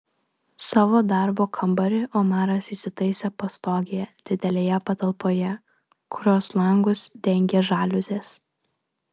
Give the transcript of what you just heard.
savo darbo kambarį omaras įsitaisė pastogėje didelėje patalpoje kurios langus dengė žaliuzės